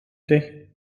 ydy